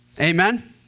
Amen